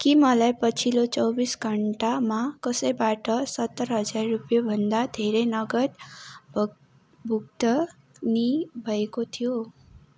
के मलाई पछिल्लो चौबिस घन्टामा कसैबाट सत्तर हजार रुपियाँभन्दा धेरै नगद भुक् भुक्तानी भएको थियो